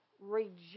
reject